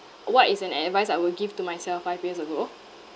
what is an advice I will give to myself five years ago